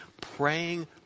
praying